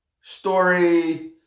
story